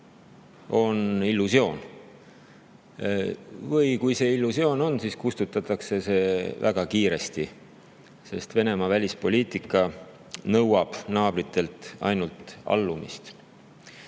on illusioon. Ja kui see illusioon on, siis kustutatakse see väga kiiresti, sest Venemaa välispoliitika nõuab naabritelt ainult allumist.